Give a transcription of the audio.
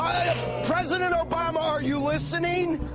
president obama, are you listening?